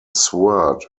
sword